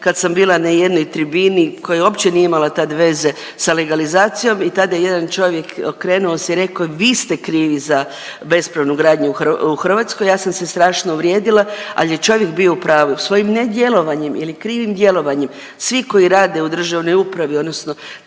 kad sam bila na jednoj tribini koja uopće nije imala tad veze sa legalizacijom i tada je jedan čovjek okrenuo se i rekao vi ste krivi za bespravnu gradnju u Hrvatskoj. Ja sa se strašno uvrijedila, ali je čovjek bio u pravu, svojim ne djelovanjem ili krivim djelovanjem svi koji rade u državnoj upravi odnosno